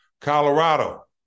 Colorado